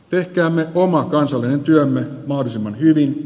tehkäämme oma kansallinen työmme varsin hyvin